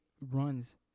runs